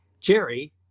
Jerry